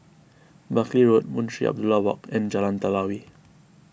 Buckley Road Munshi Abdullah Walk and Jalan Telawi